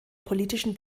politischen